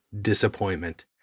disappointment